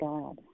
God